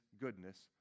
goodness